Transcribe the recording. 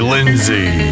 Lindsay